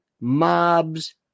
mobs